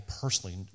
personally